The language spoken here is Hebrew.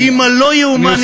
ומה יקרה אם הלא-יאומן יתרחש?